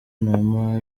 numa